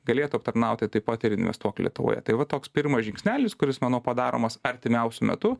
galėtų aptarnauti taip pat ir investuok lietuvoje tai va toks pirmas žingsnelis kuris manau padaromas artimiausiu metu